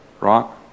Right